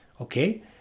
Okay